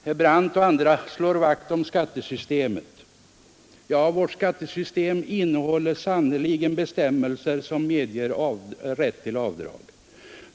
Herr Brandt och andra talare slår vakt om skattesystemet, och vårt skattesystem innehåller verkligen bestämmelser som medger rätt till avdrag.